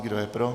Kdo je pro?